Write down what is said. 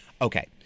Okay